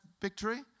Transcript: victory